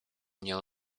mnie